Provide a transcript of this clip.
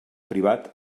privat